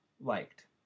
liked